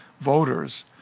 voters